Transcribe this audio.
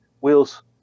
wheels